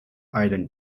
island